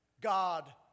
God